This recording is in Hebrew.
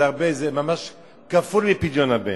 זה הרבה, זה ממש כפול מפדיון הבן.